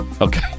Okay